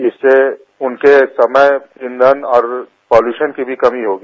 इससे उनके समय ईंधन और पॉल्यूशन की भी कमी होगी